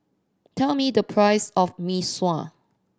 tell me the price of Mee Sua